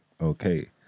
okay